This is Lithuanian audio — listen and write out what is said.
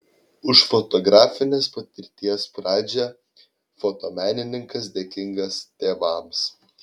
už fotografinės patirties pradžią fotomenininkas dėkingas tėvams